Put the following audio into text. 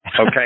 Okay